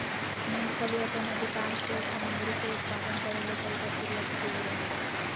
मूंगफली अपन अधिकांश तेल सामग्री के उत्पादन करे ले कई प्रक्रिया से गुजरो हइ